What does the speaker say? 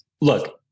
Look